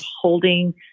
holding